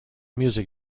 music